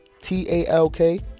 T-A-L-K